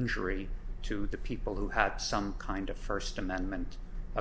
injury to the people who had some kind of first amendment